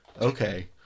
Okay